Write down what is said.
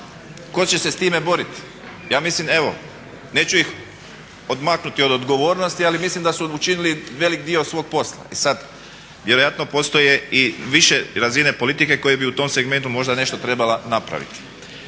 ko će se s time boriti? Ja mislim evo neću ih odmaknuti od odgovornosti ali mislim da su učinili velik dio svog posla. I sad vjerojatno postoje i više razine politike koje bi u tom segmentu možda nešto trebala napraviti.